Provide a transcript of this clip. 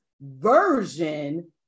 version